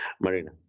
Marina